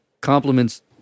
compliments